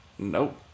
Nope